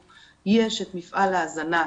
אני חושבת שאפשר להניע את התהליך